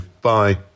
Bye